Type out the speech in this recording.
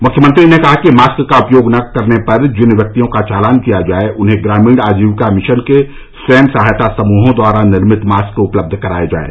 मुख्यमंत्री ने कहा कि मारक का उपयोग न करने पर जिन व्यक्तियों का चालान किया जाए उन्हें ग्रमीण आजीविका मिशन के स्वयं सहायता समूहों द्वारा निर्मित मास्क उपलब्ध कराए जाएं